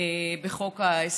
בחוק ההסדרים,